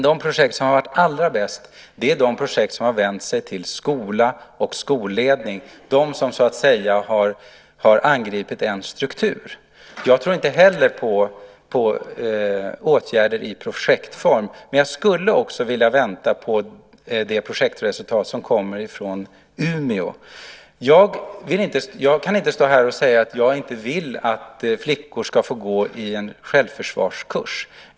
De projekt som har varit allra bäst har vänt sig till skola och skolledning, projekt som så att säga har angripit en struktur. Inte heller jag tror på åtgärder i projektform, men jag skulle också vilja vänta på resultatet av Umeåprojektet. Jag kan här inte säga att jag inte vill att flickor ska få gå i en självförsvarskurs.